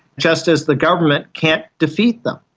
just as the government can't defeat them.